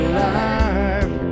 life